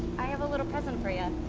i have a little present for ya'.